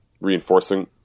reinforcing